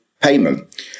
payment